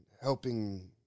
helping